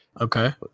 Okay